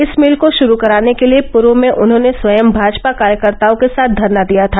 इस मिल को शुरू कराने के लिए पूर्व में उन्होंने स्वयं भाजपा कार्यकर्ताओं के साथ धरना दिया था